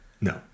No